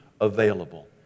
available